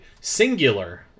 singular